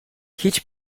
hiç